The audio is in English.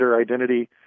identity